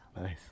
Nice